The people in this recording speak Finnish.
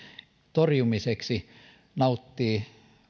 torjumiseksi nauttivat